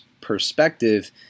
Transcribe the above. perspective